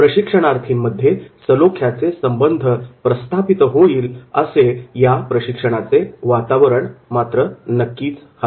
प्रशिक्षणार्थीमध्ये सलोख्याचे संबंध प्रस्थापित होईल असे या प्रशिक्षणाचे वातावरण हवे